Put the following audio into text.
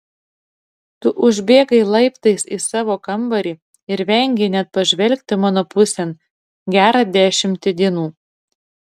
tu užbėgai laiptais į savo kambarį ir vengei net pažvelgti mano pusėn gerą dešimtį dienų